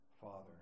Father